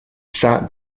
shot